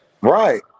Right